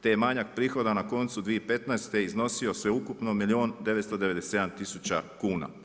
Te je manjak prihoda na koncu 2015 iznosio sveukupno milijun 997 tisuća kuna.